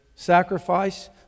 sacrifice